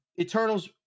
Eternals